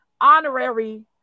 honorary